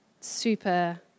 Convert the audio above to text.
super